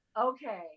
okay